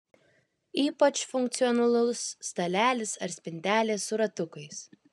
ypač funkcionalus stalelis ar spintelė su ratukais